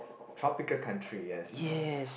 tropical country yes